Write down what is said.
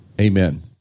amen